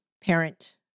parent